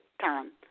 Time